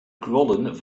krollen